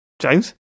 James